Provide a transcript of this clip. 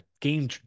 game